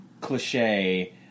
cliche